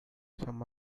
some